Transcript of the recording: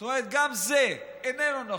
כלומר, גם זה אינו נכון.